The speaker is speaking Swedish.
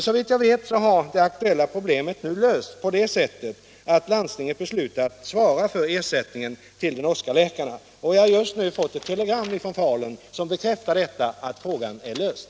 Såvitt jag vet har det aktuella problemet nu lösts på så sätt att landstinget har beslutat svara för ersättningen till den norske läkaren. Och jag har just nu fått ett telegram från Falun som bekräftar att frågan är löst.